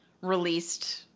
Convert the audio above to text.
released